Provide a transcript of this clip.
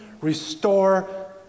restore